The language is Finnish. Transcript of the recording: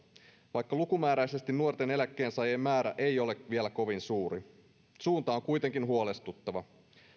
vaikka lukumääräisesti nuorten eläkkeensaajien määrä ei ole vielä kovin suuri suunta on kuitenkin huolestuttava